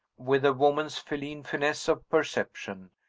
with a woman's feline fineness of perception,